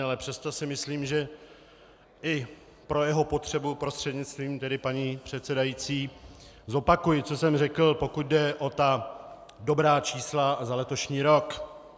Ale přesto si myslím, že i pro jeho potřebu, prostřednictvím paní předsedající, zopakuji, co jsem řekl, pokud jde o ta dobrá čísla za letošní rok.